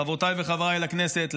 חברותיי וחבריי לכנסת,